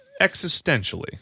existentially